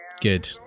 Good